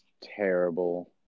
terrible